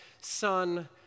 son